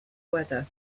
weather